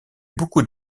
beaucoup